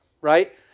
right